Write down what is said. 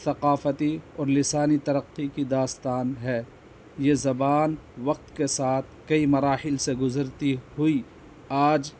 ثقافتی اور لسانی ترقی کی داستان ہے یہ زبان وقت کے ساتھ کئی مراحل سے گزرتی ہوئی آج